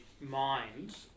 mind